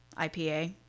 IPA